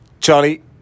Charlie